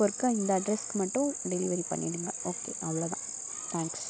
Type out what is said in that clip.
இப்போ இருக்க இந்த அட்ரெஸ்க்கு மட்டும் டெலிவரி பண்ணிடுங்க ஓகே அவ்வளோ தான் தேங்க்ஸ்